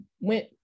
went